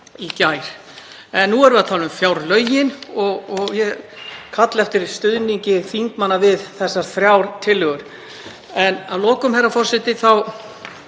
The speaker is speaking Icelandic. í gær. En nú erum við að tala um fjárlög og ég kalla eftir stuðningi þingmanna við þessar þrjár tillögur. Herra forseti.